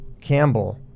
Campbell